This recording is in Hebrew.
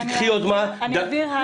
קחי יזמה --- אני אעביר הלאה את השאלה.